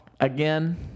again